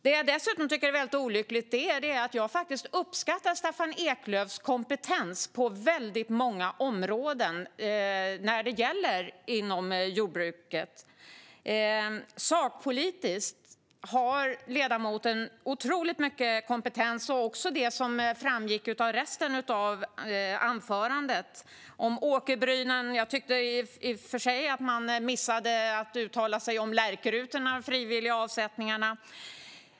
Det som dessutom gör detta olyckligt är att jag faktiskt uppskattar Staffan Eklöfs kompetens på många områden när det gäller jordbruket. Sakpolitiskt har ledamoten otroligt mycket kompetens, och det framgick av resten av hans anförande. Det gällde bland annat åkerbrynen, men jag tyckte i och för sig att han missade att uttala sig om frivilliga avsättningar till lärkrutorna.